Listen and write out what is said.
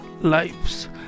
lives